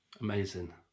amazing